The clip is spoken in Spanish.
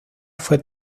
fue